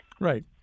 Right